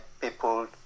people